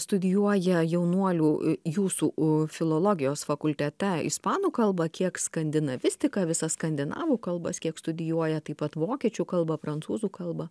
studijuoja jaunuolių jūsų filologijos fakultete ispanų kalbą kiek skandinavistiką visas skandinavų kalbas kiek studijuoja taip pat vokiečių kalba prancūzų kalba